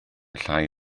llai